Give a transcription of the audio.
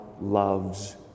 loves